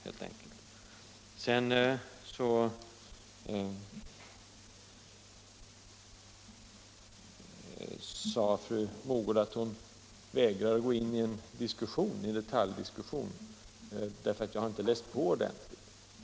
Slutligen sade fru Mogård att hon vägrade att gå in i någon detaljdiskussion med mig därför att jag inte har läst på ordentligt.